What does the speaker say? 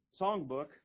songbook